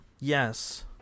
Yes